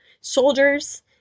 Soldiers